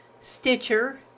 Stitcher